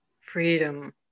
Freedom